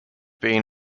been